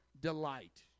delight